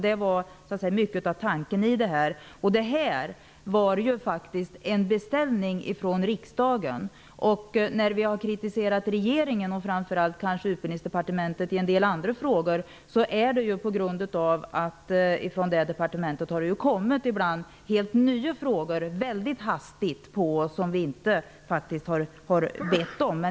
Det var mycket av tanken bakom detta. Det gjordes en beställning från riksdagen. Vi har kritiserat regeringen, och kanske framför allt Utbildningsdepartementet, i en del andra frågor. Det har vi gjort eftersom det från detta departement ibland kommit helt nya förslag väldigt hastigt, som vi faktiskt inte har bett om.